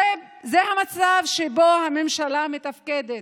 זה המצב שבו הממשלה מתפקדת.